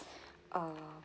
um